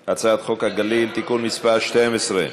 על הצעת חוק הגליל (תיקון מס' 12)